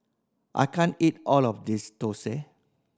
I can't eat all of this thosai